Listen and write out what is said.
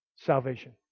salvation